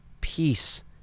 peace